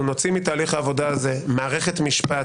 אנחנו נוציא מתהליך העבודה הזה מערכת משפט,